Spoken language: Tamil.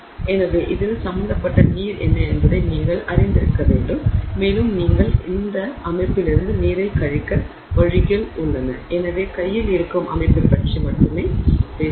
எனவே இதில் சம்பந்தப்பட்ட நீர் என்ன என்பதை நீங்கள் அறிந்திருக்க வேண்டும் மேலும் நீங்கள் இந்த அமைப்பிலிருந்து நீரைக் கழிக்க வழிகள் உள்ளன எனவே கையில் இருக்கும் அமைப்பைப் பற்றி மட்டுமே பேசுங்கள்